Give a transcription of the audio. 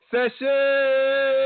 Session